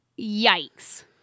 Yikes